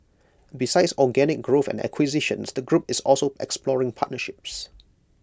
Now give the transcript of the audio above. besides organic growth and acquisitions the group is also exploring partnerships